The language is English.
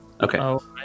Okay